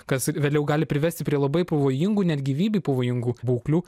kas vėliau gali privesti prie labai pavojingų net gyvybei pavojingų būklių